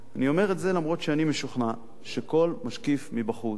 אני אומר את זה אף שאני משוכנע שכל משקיף מבחוץ,